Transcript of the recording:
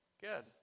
Good